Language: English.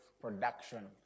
production